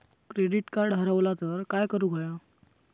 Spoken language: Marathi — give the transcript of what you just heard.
क्रेडिट कार्ड हरवला तर काय करुक होया?